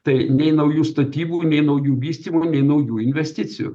tai nei naujų statybų nei naujų vystymų nei naujų investicijų